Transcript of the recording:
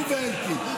הוא ואלקין,